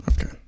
Okay